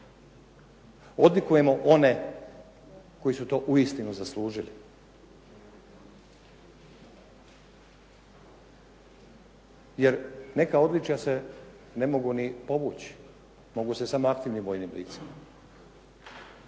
odlikujemo one koji su to uistinu zaslužili. Jer neka odličja se ne mogu ni povući, mogu se samo aktivnim vojnim licima.